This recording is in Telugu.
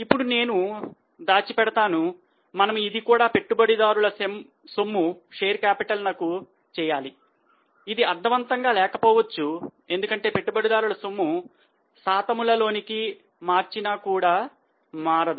ఇప్పుడు నేను దాచి పెడతాను మనము ఇది కూడా పెట్టుబడిదారుల సొమ్ము నకు చేయాలి ఇది అర్థవంతంగా లేకపోవచ్చు ఎందుకంటే పెట్టుబడిదారుల సొమ్ము శాతము లోనికి మార్చిన కూడా మారదు